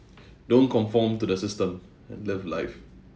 don't conform to the system and live life